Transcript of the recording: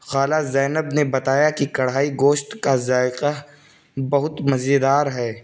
خالہ زینب نے بتایا کہ کڑھائی گوشت کا ذائقہ بہت مزیدار ہے